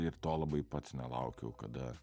ir to labai pats nelaukiau kada